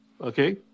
Okay